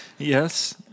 Yes